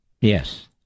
Yes